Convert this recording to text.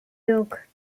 york